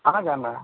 कहाँ जाना है